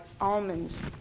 almonds